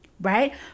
right